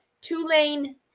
two-lane